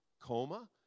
coma